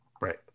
Right